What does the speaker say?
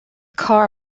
car